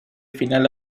final